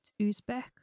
uzbek